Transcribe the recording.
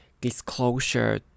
disclosure